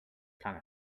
planet